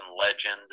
legend